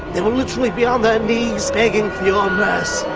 they will literally be on their knees begging for your nurse.